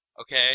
Okay